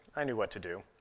i knew what to do.